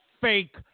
fake